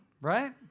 Right